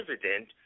president